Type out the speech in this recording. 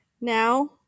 Now